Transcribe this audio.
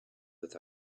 with